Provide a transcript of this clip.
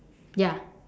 ya